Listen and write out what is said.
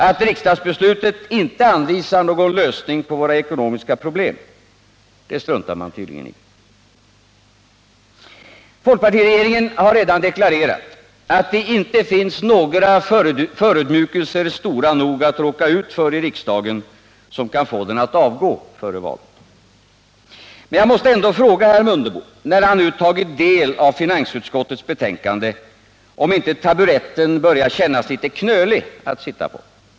Att riksdagsbeslutet inte anvisar någon lösning på våra ekonomiska problem, det struntar man tydligen i. Folkpartiregeringen har redan deklarerat, att det inte finns några förödmjukelser stora nog att råka ut för i riksdagen, som kan få den att avgå före valet. Men jag måste ändå fråga herr Mundebo, när han nu tagit del av finansutskottets betänkande, om inte taburetten börjar kännas litet knölig att sitta på?